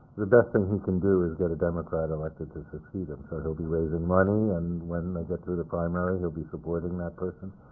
the best thing he can do is get a democrat elected to succeed him, so he'll be raising money, and when they get through the primary, he'll be supporting that person.